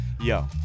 Yo